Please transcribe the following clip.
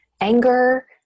anger